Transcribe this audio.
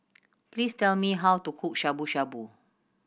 please tell me how to cook Shabu Shabu